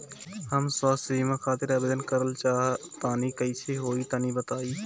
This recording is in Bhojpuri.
हम स्वास्थ बीमा खातिर आवेदन करल चाह तानि कइसे होई तनि बताईं?